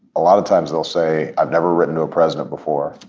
a lot of times they'll say, i've never written to a president before.